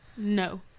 No